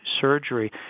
surgery